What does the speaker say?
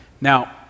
Now